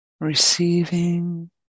receiving